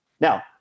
Now